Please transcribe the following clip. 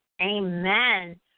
Amen